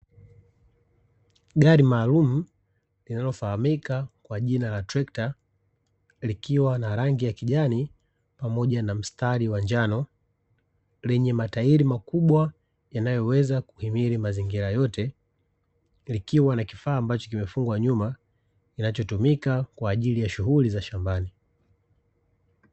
Gari maalumu linalofahamika kwa jina la trekta, likiwa na rangi ya kijani pamoja na mstari wa njano, lenye matairi makubwa yanayoweza kuhimili mazingira yote, likiwa na kifaa ambacho kimefungwa nyuma, kinachotumika kwa ajili ya shughuli za shambani.